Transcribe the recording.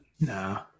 No